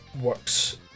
works